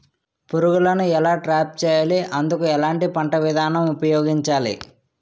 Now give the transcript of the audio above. పురుగులను ఎలా ట్రాప్ చేయాలి? అందుకు ఎలాంటి పంట విధానం ఉపయోగించాలీ?